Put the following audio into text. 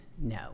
No